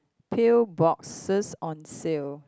pill boxes on sale